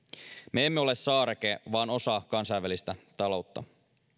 me emme ole saareke vaan osa kansainvälistä taloutta